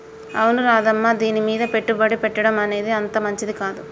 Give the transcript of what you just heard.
అవును రాధమ్మ దీనిమీద పెట్టుబడి పెట్టడం అనేది అంతగా మంచిది కాదు